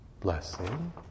blessing